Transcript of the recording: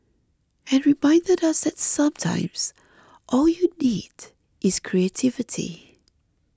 and reminded us that sometimes all you need is creativity